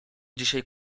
dzisiaj